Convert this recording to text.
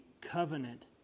covenant